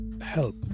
help